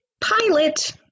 Pilot